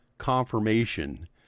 confirmation